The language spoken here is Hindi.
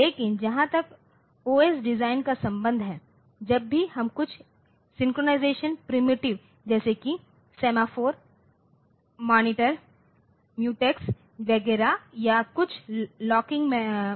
लेकिन जहां तक ओएस डिजाइन का संबंध है जब भी हम कुछ सिंक्रोनाइज़ेशन प्राइमरी जैसे कि सेमाफोर मॉनीटर म्यूटेक्स वगैरह या कुछ लॉकिंग